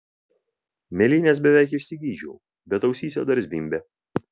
mėlynes beveik išsigydžiau bet ausyse dar zvimbė